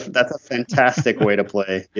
that's a fantastic way to play